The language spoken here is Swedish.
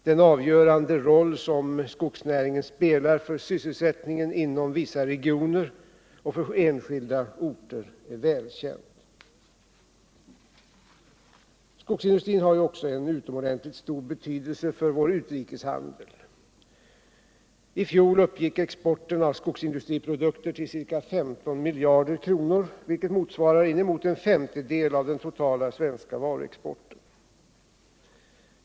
Den avgörande roll som skogsnäringen spelar för sysselsättningen inom vissa regioner och för enskilda orter är välkänd. Skogsindustrin har ju också en utomordentligt stor betydelse för vår utrikeshandel. I fjol uppgick exporten av skogsindustriprodukter till ca 15 miljarder kronor, vilket motsvarar inemot en femtedel av den totala svenska varuexporten.